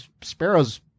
Sparrow's